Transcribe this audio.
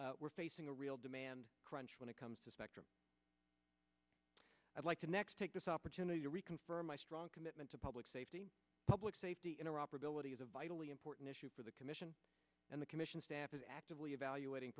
we're facing a real demand crunch when it comes to spectrum i'd like to next take this opportunity to reconfirm my strong commitment to public safety public safety in iraq for ability as a vitally important issue for the commission and the commission staff is actively evaluating